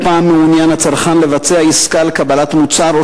לא פעם הצרכן מעוניין לבצע עסקה לקבלת מוצר או